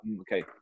okay